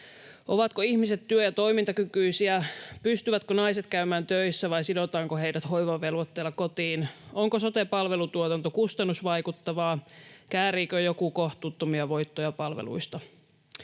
Ovatko ihmiset työ- ja toimintakykyisiä? Pystyvätkö naiset käymään töissä, vai sidotaanko heidät hoivavelvoitteella kotiin? Onko sote-palvelutuotanto kustannusvaikuttavaa? Kääriikö joku kohtuuttomia voittoja palveluista?